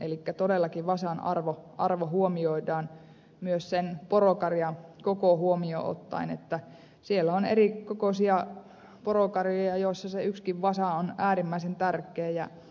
elikkä todellakin vasan arvo huomioidaan myös sen porokarjan koko huomioon ottaen siellä on erikokoisia porokarjoja joissa se yksikin vasa on äärimmäisen tärkeä